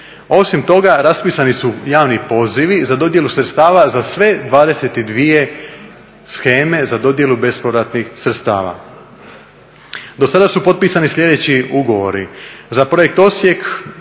Osim toga raspisani su javni pozivi za dodjelu sredstava za sve 22 sheme za dodjelu bespovratnih sredstava. Do sada su potpisani sljedeći ugovori: